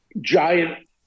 giant –